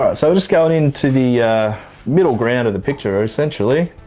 ah so just going into the middle ground of the picture essentially,